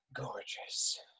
gorgeous